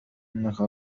إنك